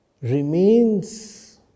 remains